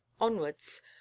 onwards